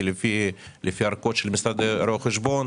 כי לפי הארכות של משרדי רואה חשבון